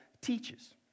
teaches